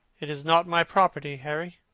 it is not my property, harry.